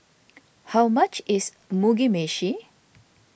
how much is Mugi Meshi